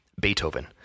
Beethoven